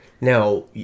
Now